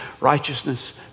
righteousness